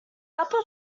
upper